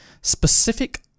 specific